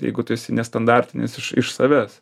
jeigu tu esi nestandartinis iš iš savęs